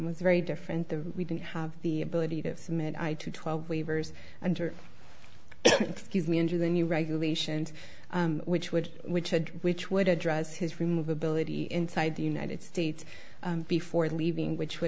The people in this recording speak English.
was very different the we didn't have the ability to submit i to twelve waivers under excuse me under the new regulations which would which would which would address his remove ability inside the united states before leaving which w